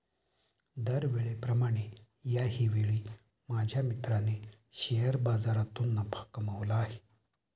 दरवेळेप्रमाणे याही वेळी माझ्या मित्राने शेअर बाजारातून नफा कमावला आहे